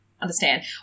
understand